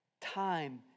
time